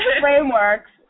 frameworks